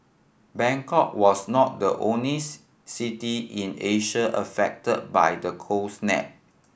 Bangkok was not the only city in Asia affected by the cold snap